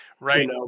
right